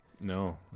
No